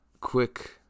Quick